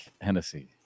Hennessy